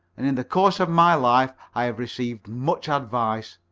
and in the course of my life i have received much advice.